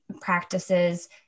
practices